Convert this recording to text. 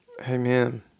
Amen